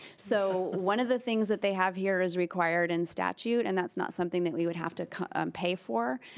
so one of the things that they have here is required in statute and that's not something that we would have to pay for.